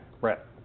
Brett